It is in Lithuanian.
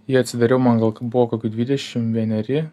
jį atsidariau man gal buvo kokių dvidešim vieneri